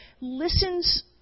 listens